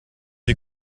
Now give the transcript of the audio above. you